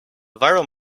viral